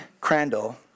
Crandall